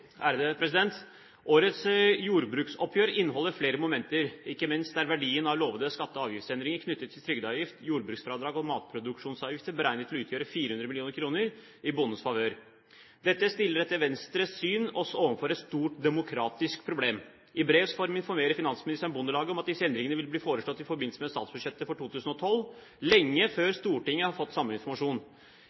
Årets jordbruksoppgjør inneholder flere momenter. Ikke minst er verdien av lovte skatte- og avgiftsendringer knyttet til trygdeavgift, jordbruksfradrag og matproduksjonsavgiften beregnet til å utgjøre 400 mill. kr i bondens favør. Dette stiller oss etter Venstres syn overfor et stort demokratisk problem. I brevs form informerer finansministeren Bondelaget om at disse endringene vil bli foreslått i forbindelse med statsbudsjettet for 2012 – lenge før Stortinget har fått samme informasjon.